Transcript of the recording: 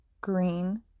green